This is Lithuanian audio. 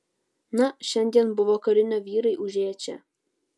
na šiandien buvo karinio vyrai užėję čia